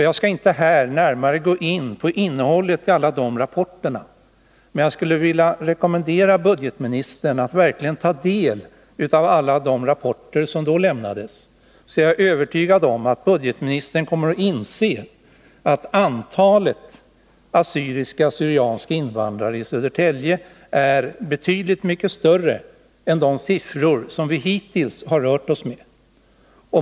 Jag skall inte här närmare gå in på innehållet i alla dessa rapporter, men jag skulle vilja rekommendera budgetministern att ta del av dem. Jag är övertygad om att budgetministern då kommer att inse att antalet assyriska och syrianska invandrare i Södertälje är betydligt större än de siffror visar som vi hittills har rört oss med.